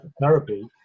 therapy